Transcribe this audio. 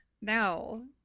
no